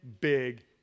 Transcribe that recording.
big